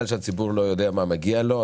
בגלל שהציבור לא יודע מה מגיע לו,